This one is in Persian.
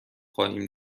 خواهیم